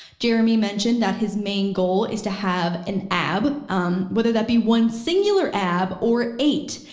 jeremy mentioned that his main goal is to have an ab um whether that be one singular, ab or eight,